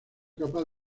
capaz